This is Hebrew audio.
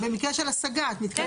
במקרה של השגה את מתכוונת.